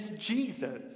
Jesus